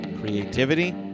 Creativity